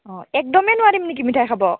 অ একদমেই নোৱাৰিম নেকি মিঠাই খাব